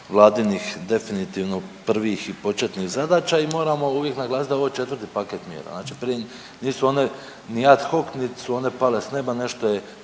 Vladinih definitivno prvih i početnih zadaća i moramo uvijek naglasiti da je ovo 4. paket mjera, znači prije, nisu one ni ad hoc, nit su one pale s neba, nešto je,